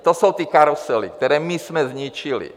To jsou ty karusely, které my jsme zničili.